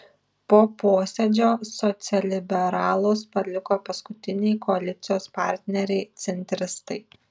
po posėdžio socialliberalus paliko paskutiniai koalicijos partneriai centristai